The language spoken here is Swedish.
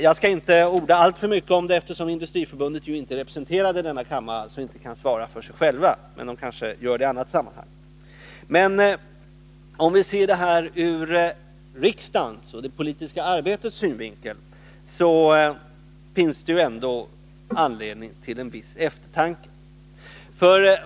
Jag skall inte orda alltför mycket om detta, eftersom Industriförbundet inte är representerat i denna kammare och inte kan svara för sig. Men det kanske Industriförbundet gör i annat sammanhang. Om vi ser denna kampanj ur riksdagens och det politiska arbetets synvinkel, finns det ändå anledning till viss eftertanke.